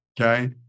okay